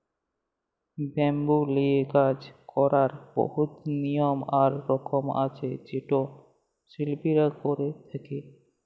bamboo লিয়ে কাজ ক্যরার বহুত লিয়ম আর রকম আছে যেট শিল্পীরা ক্যরে থ্যকে